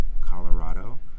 Colorado